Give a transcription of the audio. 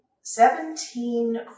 seventeen